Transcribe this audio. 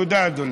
תודה, אדוני.